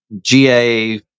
GA